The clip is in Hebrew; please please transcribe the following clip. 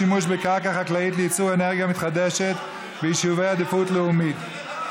שימוש בקרקע חקלאית לייצור אנרגיה מתחדשת ביישובי עדיפות לאומית),